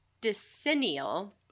decennial